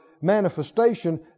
manifestation